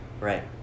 right